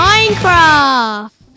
Minecraft